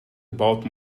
about